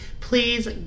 Please